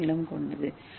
M நீளம் கொண்டது